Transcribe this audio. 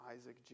Isaac